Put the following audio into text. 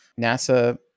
NASA